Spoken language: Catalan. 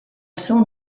seu